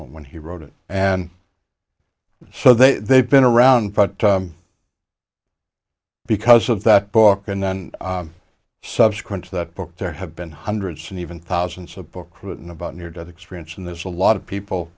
when he wrote it and so they've been around but because of that book and then subsequent to that book there have been hundreds and even thousands of books written about near death experience and there's a lot of people